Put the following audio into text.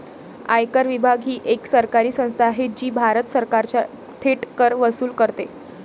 आयकर विभाग ही एक सरकारी संस्था आहे जी भारत सरकारचा थेट कर वसूल करते